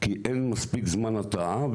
כי אין מספיק זמן התרעה,